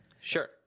Sure